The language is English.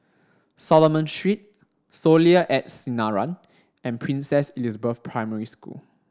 Solomon Street Soleil at Sinaran and Princess Elizabeth Primary School